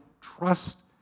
trust